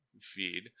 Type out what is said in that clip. feed